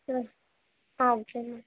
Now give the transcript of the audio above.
ம் ஆ okay ma'am